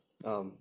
oh